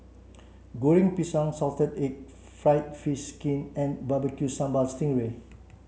Goreng Pisang salted egg fried fish skin and barbecue sambal sting ray